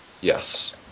Yes